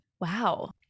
Wow